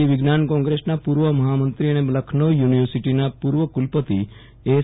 ભારતીય વિજ્ઞાન કોંગ્રેસના પુ ર્વ મહામંત્રી અને લખનૌ યુ નિવર્સીટીના પુ ર્વ કુલપતિ એસ